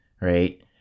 right